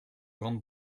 grande